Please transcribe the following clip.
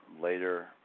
Later